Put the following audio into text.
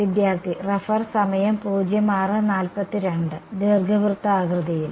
വിദ്യാർത്ഥി ദീർഘവൃത്താകൃതിയിൽ